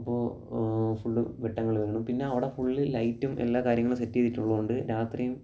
അപ്പോൾ ഫുള്ള് വെട്ടങ്ങൾ വീണു പിന്നെ അവിടെ ഫുള്ള് ലൈറ്റും എല്ലാ കാര്യങ്ങളും സെറ്റ് ചെയ്തിട്ടുള്ളതുകൊണ്ട് രാത്രിയും